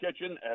kitchen